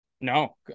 No